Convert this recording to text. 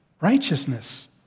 righteousness